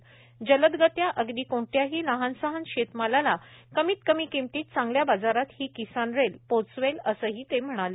त्वरितरित्या अगदी कोणत्याही लहान सहान शेतमालाला कमीत कमी किंमतीत चांगल्या बाजारात ही किसान रेल पोहचवेल असेही ते म्हणाले